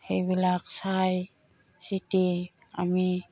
সেইবিলাক চাই চিটি আমি